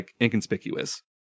inconspicuous